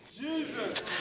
Jesus